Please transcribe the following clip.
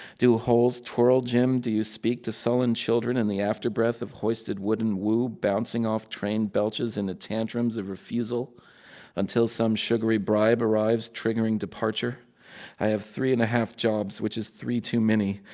do holes twirl, jim? do you speak to sullen children in the after-breath of hoisted wooden woo bouncing off train, belches into and tantrums of refusal until some sugary bribe arrives, triggering departure? i have three and a half jobs, which is three too many.